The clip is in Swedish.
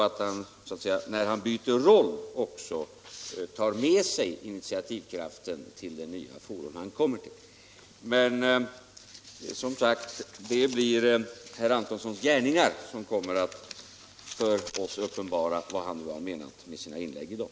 När han byter roll bör han också ta med sig initiativkraften till sitt nya forum. Men det blir som sagt herr Antonssons gärningar som kommer att för oss uppenbara vad han nu har menat med sina inlägg i dag.